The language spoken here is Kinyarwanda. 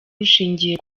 rushingiye